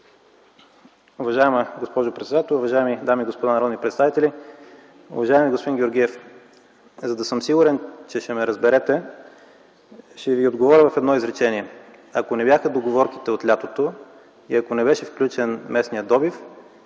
Уважаема госпожо председател, уважаеми дами и господа народни представители, уважаеми господин Георгиев! За да съм сигурен, че ще ме разберете, ще Ви отговоря в едно изречение. Ако не бяха договорките от лятото и ако не беше включен днешният добив,